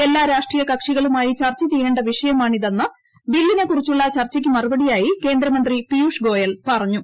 എല്ലാ രാഷ്ട്രീയ കക്ഷികളുമായി ചർച്ച ചെയ്യേണ്ട വിഷയമാണ് ഇതെന്ന് ബില്ലിനെ കുറിച്ചുള്ള ചർച്ചയ്ക്കു മറുപടിയായി കേന്ദ്രമന്ത്രി പിയൂഷ് ഗോയൽ പറഞ്ഞു